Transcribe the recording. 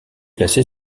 placé